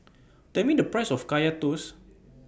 Tell Me The Price of Kaya Toast